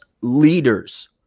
leaders